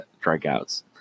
strikeouts